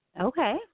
Okay